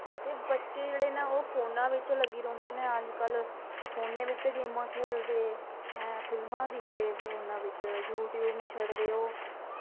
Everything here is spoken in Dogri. ते बच्चे जेह्ड़े नै ओह् फोन्ना बिच्च लग्गी रौंह्दे नै अजकल फोने बिच्च गेमां खेलदे हैं फिल्मां दिखदे फोना बिच्च यू टयूव नी छडदे ओह्